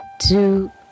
two